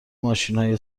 ماشینهای